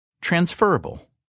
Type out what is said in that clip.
transferable